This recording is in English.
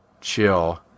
chill